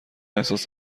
احساس